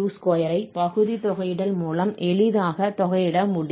u2 ஐ பகுதி தொகையிடல் மூலம் எளிதாக தொகையிட முடியும்